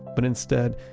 but instead,